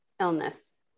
illness